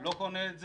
לא קונה את זה,